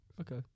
okay